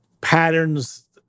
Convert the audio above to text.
patterns